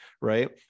right